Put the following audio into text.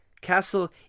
Castle